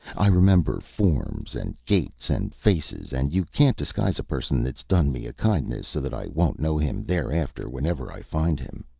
i remember forms, and gaits, and faces and you can't disguise a person that's done me a kindness so that i won't know him thereafter wherever i find him.